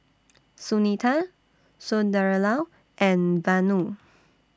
Sunita Sunderlal and Vanu